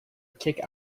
kick